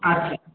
আচ্ছা